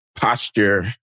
posture